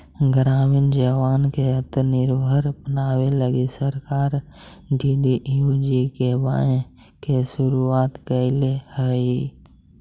ग्रामीण जवान के आत्मनिर्भर बनावे लगी सरकार डी.डी.यू.जी.के.वाए के शुरुआत कैले हई